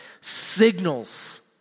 signals